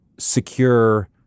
secure